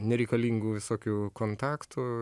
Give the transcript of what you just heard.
nereikalingų visokių kontaktų